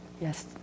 yes